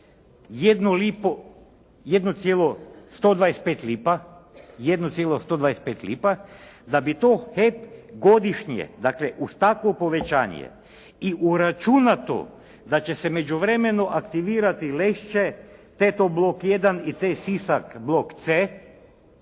1,125 lipa, da bi to HEP godišnje dakle u stavku povećanja i uračunato da će se u međuvremenu aktivirati "Lešće" … /Govornik se ne